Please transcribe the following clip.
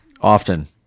Often